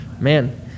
Man